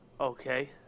Okay